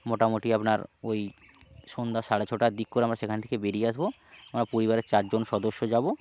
মোটামোটি আপনার ওই সন্দ্যা সাড়ে ছটার দিক করে আমরা সেখান থেকে বেরিয়ে আসবো আমরা পরিবারের চার জন সদস্য যাবো